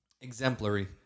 exemplary